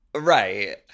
Right